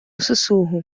sussurro